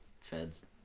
Feds